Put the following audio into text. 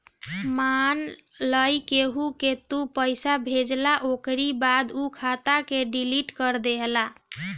मान लअ केहू के तू पईसा भेजला ओकरी बाद उ खाता के डिलीट कर देहला